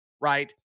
right